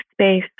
space